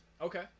Okay